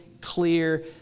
clear